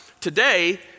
Today